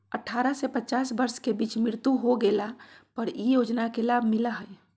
अठारह से पचास वर्ष के बीच मृत्यु हो गेला पर इ योजना के लाभ मिला हइ